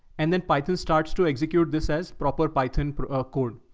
and then python starts to execute this as proper by ten per ah code.